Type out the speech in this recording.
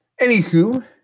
Anywho